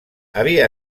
havia